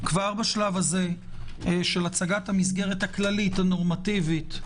כבר בשלב הזה של הצגת המסגרת הכללית הנורמטיבית,